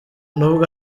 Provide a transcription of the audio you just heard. n’ubwo